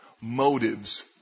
motives